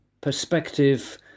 perspective